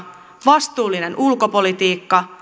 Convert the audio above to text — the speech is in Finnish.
vastuullinen ulkopolitiikka